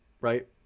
right